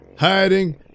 Hiding